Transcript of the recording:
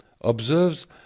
observes